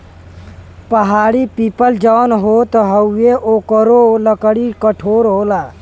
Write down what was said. पहाड़ी पीपल जौन होत हउवे ओकरो लकड़ी कठोर होला